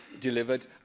delivered